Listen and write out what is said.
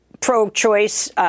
pro-choice